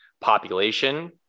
population